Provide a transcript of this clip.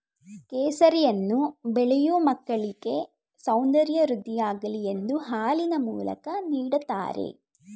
ಕೇಸರಿಯನ್ನು ಬೆಳೆಯೂ ಮಕ್ಕಳಿಗೆ ಸೌಂದರ್ಯ ವೃದ್ಧಿಯಾಗಲಿ ಎಂದು ಹಾಲಿನ ಮೂಲಕ ನೀಡ್ದತರೆ